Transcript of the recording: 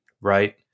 Right